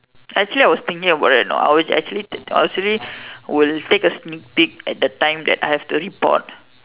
actually I was thinking about that you know I was actually th~ I was actually will take a sneak peek at the time that I have to report